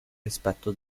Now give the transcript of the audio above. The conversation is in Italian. rispetto